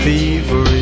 Fever